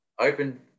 open